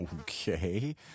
Okay